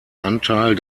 anteil